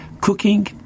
Cooking